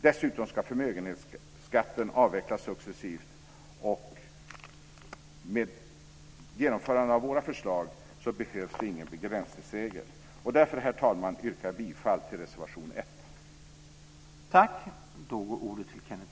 Dessutom ska förmögenhetsskatten avvecklas successivt. Med genomförande av våra förslag behövs det ingen begränsningsregel. Därför, herr talman, yrkar jag bifall till reservation 1.